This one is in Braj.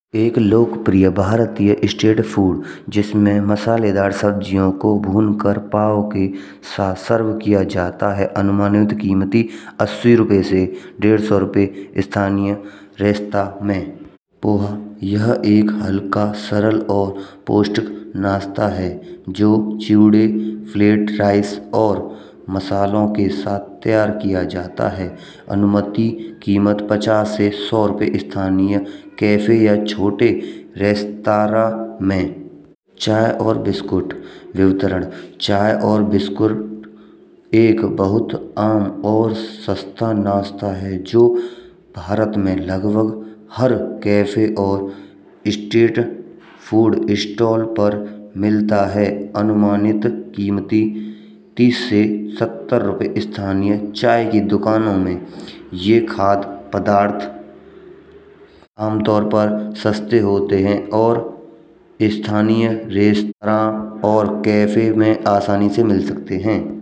एक लोकप्रिय भारतीय स्टेट फूड। जिसमें मसालेदार सब्जियों को भून कर पाव के साथ सरवा किया जाता है। अनुमानित अस्सी रुपय से एक सौ पचास रुपये तक स्थानीय रेस्टरो में। पोहा: यह एक हल्का सरल और पोष्टिक नाश्तो है। जो जूड़े फ्लैट राइस और मसालों के साथ तैयार किया जाता है। अनुमति कीमत पचास से एक सौ रुपये। स्थानीय कैफे छोटे रेस्टरा में और चाय और बिस्किट वितरण: चाय और बिस्किट एक बहुत आम और सस्तो नाश्ता है। जो भारत में लगभग हर कैफे और स्टेट फूड स्टोल पर मिलता है। अनुमानित कीमत तीस से सत्तर रुपये स्थानीय दुकानों में यह खाद पदार्थ अमतौर पर सस्ते होते हैं। और स्थानीय रेस्टोरेंट और कैफे में आसानी से मिल सकते हैं।